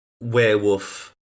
werewolf